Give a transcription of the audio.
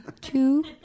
Two